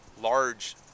large